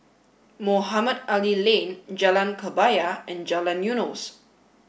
Mohamed Ali Lane Jalan Kebaya and Jalan Eunos